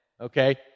Okay